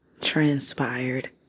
transpired